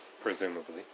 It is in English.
Presumably